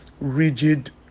rigid